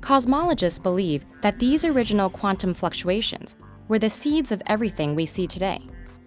cosmologists believe that these original quantum fluctuations were the seeds of everything we see today